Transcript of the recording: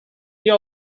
year